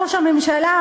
ראש הממשלה,